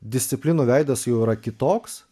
disciplinų veidas jau yra kitoks